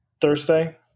Thursday